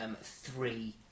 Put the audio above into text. three